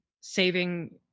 saving